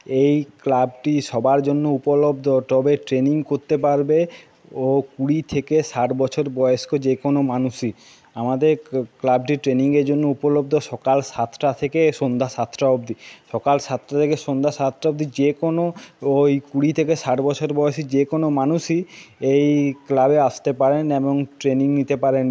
এই ক্লাবটি সবার জন্য উপলব্ধ তবে ট্রেনিং করতে পারবে ও কুড়ি থেকে ষাট বছর বয়স্ক যে কোনো মানুষই আমাদের ক্লাবটি ট্রেনিংয়ের জন্য উপলব্ধ সকাল সাতটা থেকে সন্ধ্যা সাতটা অব্দি সকাল সাতটা থেকে সন্ধ্যা সাতটা অব্দি যে কোনো ওই কুড়ি থেকে ষাট বছর বয়সী যে কোনো মানুষই এই ক্লাবে আসতে পারেন এবং ট্রেনিং নিতে পারেন